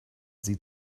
sie